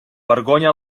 vergonya